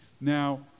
Now